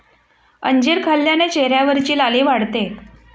अंजीर खाल्ल्याने चेहऱ्यावरची लाली वाढते